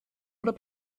oder